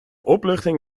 opluchting